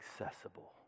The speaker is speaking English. accessible